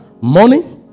Money